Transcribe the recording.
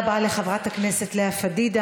תודה רבה לחברת הכנסת לאה פדידה.